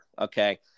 Okay